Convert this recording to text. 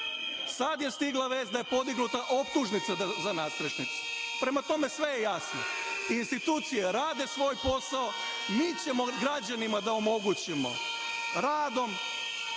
sada je stigla vest da je podignuta optužnica za nadstrešnicu. Prema tome, sve je jasno. Institucije rade svoj posao. Mi ćemo građanima da omogućimo, radom,